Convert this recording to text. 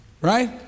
Right